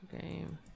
game